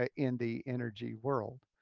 ah in the energy world.